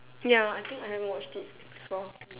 ya I think I never watched it so